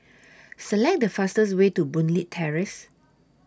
Select The fastest Way to Boon Leat Terrace